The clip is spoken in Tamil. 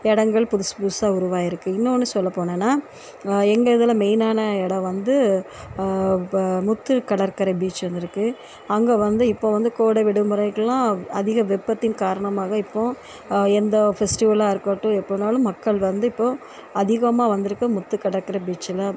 இடங்கள் புதுசு புதுசாக உருவாயிருக்கு இன்னோன்னு சொல்லப்போனன்னால் எங்கள் இதில் மெயினான இடம் வந்து இப்போ முத்து கடற்கரை பீச் வந்துருக்கு அங்கே வந்து இப்போ வந்து கோடை விடுமுறைக்குலாம் அதிக வெப்பத்தின் காரணமாக இப்போ எந்த ஃபெஸ்டிவலாக இருக்கட்டும் எப்ப வேணாலும் மக்கள் வந்து இப்போ அதிகமாக வந்துருக்க முத்து கடற்கரை பீச்சில்